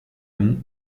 longs